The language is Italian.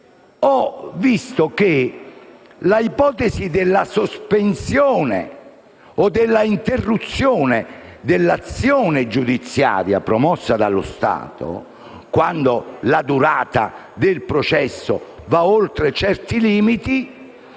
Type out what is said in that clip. ho visto che l'ipotesi della sospensione o dell'interruzione dell'azione giudiziaria promossa dallo Stato quando la durata del processo va oltre certi limiti